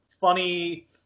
funny